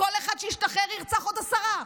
כל אחד שישתחרר ירצח עוד עשרה.